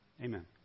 Amen